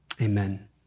amen